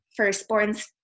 firstborns